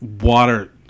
water